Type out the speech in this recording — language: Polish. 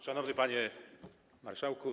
Szanowny Panie Marszałku!